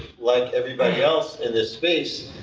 like everybody else in this space,